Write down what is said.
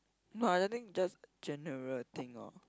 no I don't think just general thing orh